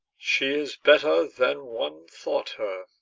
she is better than one thought her.